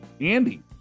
andy